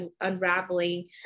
unraveling